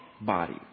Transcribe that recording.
body